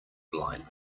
blind